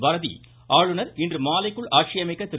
பாரதி ஆளுநர் இன்று மாலைக்குள் ஆட்சியமைக்க திரு